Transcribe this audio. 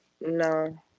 No